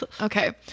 Okay